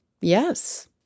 yes